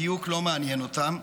דיוק לא מעניין אותם.